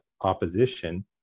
opposition